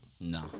No